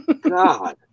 God